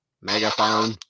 megaphone